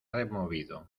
removido